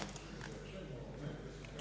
Hvala i vama